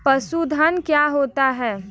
पशुधन क्या होता है?